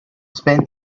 sven